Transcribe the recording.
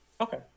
Okay